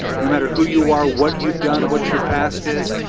no matter who you are, what you've done, what your past is,